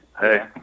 Hey